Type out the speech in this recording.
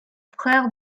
frère